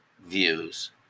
views